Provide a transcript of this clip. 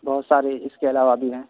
بہت ساری اس کے علاوہ بھی ہیں